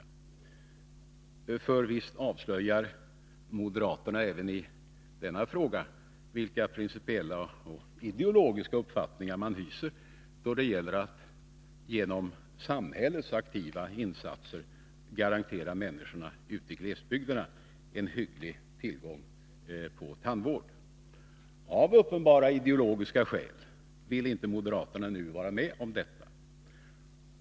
Nr 49 Visst avslöjar moderaterna även i denna fråga vilka principiella och Tisdagen den ideologiska uppfattningar som de hyser då det gäller att genom samhällets 14 december 1982 aktiva insatser garantera människorna ute i glesbygderna en hygglig tillgång till tandvård. Av uppenbara ideologiska skäl vill inte moderaterna vara med om detta.